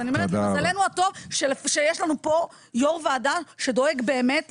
אז אני אומרת מזלנו הטוב שיש לנו פה יו"ר ועדה שדואג באמת.